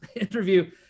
interview